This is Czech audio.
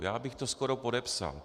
Já bych to skoro podepsal.